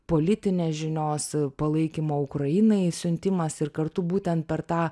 politinės žinios palaikymo ukrainai siuntimas ir kartu būtent per tą